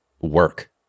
work